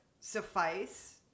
suffice